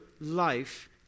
life